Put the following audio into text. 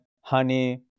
honey